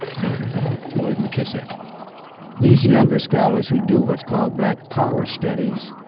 but not floyd mckissick these younger scholars who do what's called black power studies,